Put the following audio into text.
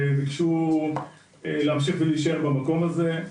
והם ביקשו להמשיך ולהישאר במקום הזה.